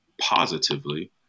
positively